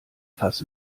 fass